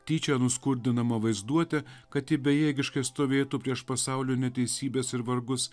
tyčia nuskurdinamą vaizduotę kad ji bejėgiškai stovėtų prieš pasaulio neteisybes ir vargus